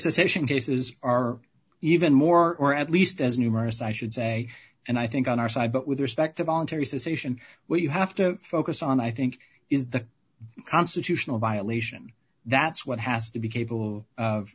cessation cases are even more or at least as numerous i should say and i think on our side but with respect to voluntary suspicion where you have to focus on i think is the constitutional violation that's what has to be capable of